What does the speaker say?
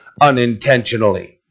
unintentionally